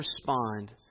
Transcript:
respond